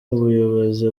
umuyobozi